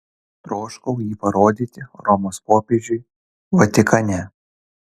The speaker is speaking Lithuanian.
troškau jį parodyti romos popiežiui vatikane